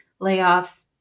layoffs